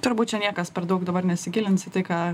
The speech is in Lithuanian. turbūt čia niekas per daug dabar nesigilins į tai ką